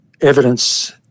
evidence